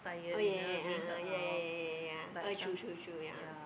oh ya ya a'ah ya ya ya ya oh true true true ya